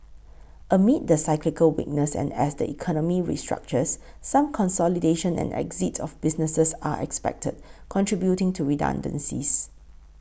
amid the cyclical weakness and as the economy restructures some consolidation and exit of businesses are expected contributing to redundancies